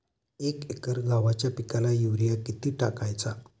एक एकर गव्हाच्या पिकाला युरिया किती टाकायचा?